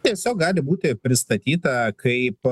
tiesiog gali būti pristatyta kaip